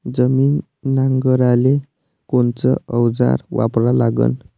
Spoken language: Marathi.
जमीन नांगराले कोनचं अवजार वापरा लागन?